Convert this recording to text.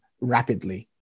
rapidly